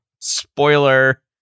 spoiler